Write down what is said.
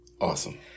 Awesome